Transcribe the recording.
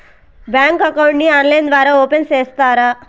Bank account ని online ద్వారా open సేస్తారా?